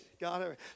God